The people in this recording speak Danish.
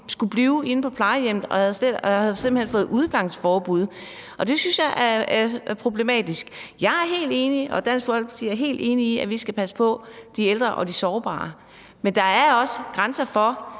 skulle blive inde på plejehjemmet og simpelt hen havde fået udgangsforbud, og det synes jeg er problematisk. Jeg og Dansk Folkeparti er helt enig i, at vi skal passe på de ældre og de sårbare, men der er også grænser for,